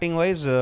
wise